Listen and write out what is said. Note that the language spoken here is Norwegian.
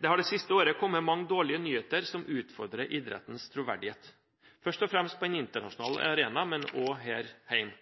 Det har det siste året kommet mange dårlige nyheter som utfordrer idrettens troverdighet, først og fremst på den internasjonale arena, men også her hjemme.